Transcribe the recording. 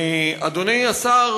אדוני השר,